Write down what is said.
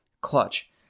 clutch